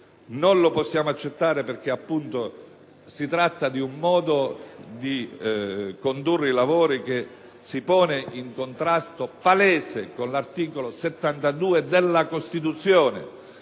non lo possiamo accettare perché si tratta di un modo di condurre i lavori che si pone in palese contrasto con l'articolo 72 della Costituzione,